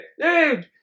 hey